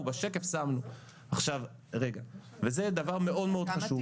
זה דבר מאוד מאוד חשוב.